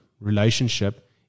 relationship